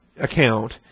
account